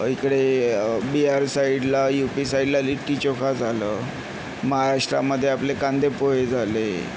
इकडे बिहार साईडला U P साईडला लिट्टीचोखा झालं महाराष्ट्रामध्ये आपले कांदेपोहे झाले